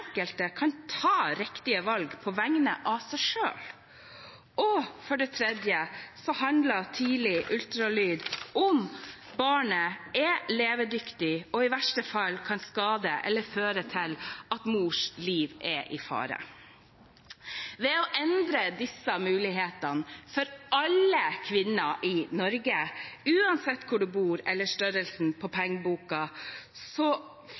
kan ta riktige valg på vegne av seg selv. Og for det tredje handler tidlig ultralyd om barnet er levedyktig og i verste fall kan skade mor eller føre til at mors liv er i fare. Ved å endre disse mulighetene for alle kvinner i Norge, uansett hvor man bor, eller uansett størrelsen på